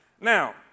now